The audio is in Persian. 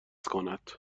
کند